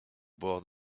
bord